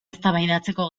eztabaidatzeko